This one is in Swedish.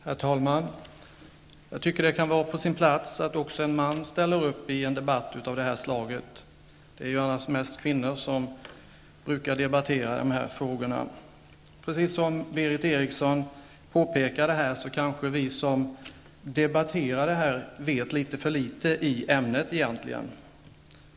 Herr talman! Jag tycker att det kan vara på sin plats att också en man ställer upp i en debatt av det här slaget -- det är ju annars mest kvinnor som brukar debattera de här frågorna. Som Berith Eriksson här påpekade kanske vi som debatterar de här frågorna egentligen vet litet för litet i ämnet.